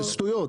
אלה שטויות,